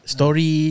Story